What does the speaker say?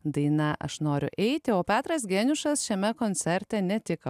daina aš noriu eiti o petras geniušas šiame koncerte ne tik